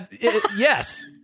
yes